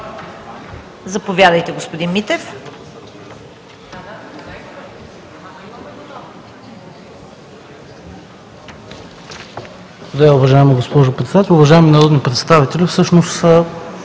Заповядайте, господин Митев.